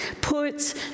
puts